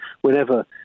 whenever